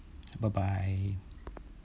bye bye